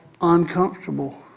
uncomfortable